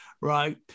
right